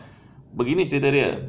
begini cerita dia